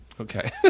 Okay